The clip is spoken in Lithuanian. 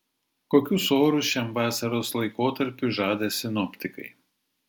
kokius orus šiam vasaros laikotarpiui žada sinoptikai